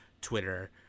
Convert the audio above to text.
Twitter